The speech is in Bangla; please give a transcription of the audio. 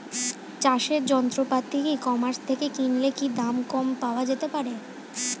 চাষের যন্ত্রপাতি ই কমার্স থেকে কিনলে কি দাম কম পাওয়া যেতে পারে?